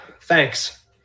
thanks